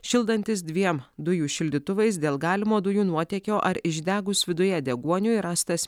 šildantis dviem dujų šildytuvais dėl galimo dujų nuotėkio ar išdegus viduje deguoniui rastas